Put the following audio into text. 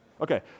Okay